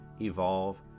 evolve